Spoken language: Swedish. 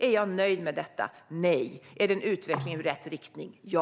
Är jag nöjd med detta? Nej. Är det en utveckling i rätt riktning? Ja.